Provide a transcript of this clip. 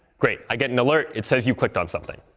great. i get an alert. it says, you clicked on something.